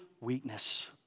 Weakness